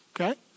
Okay